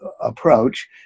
approach